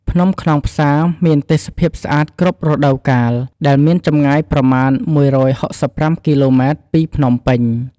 ភ្នំខ្នងផ្សា មានទេសភាពស្អាតគ្រប់រដូវកាល ដែលមានចម្ងាយប្រមាណ១៦៥គីឡូម៉ែត្រពីភ្នំពេញ។